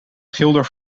schilder